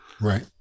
Right